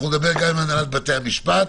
נדבר גם עם הנהלת בתי המשפט.